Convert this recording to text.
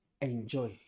Enjoy